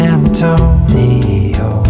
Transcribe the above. Antonio